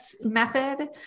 method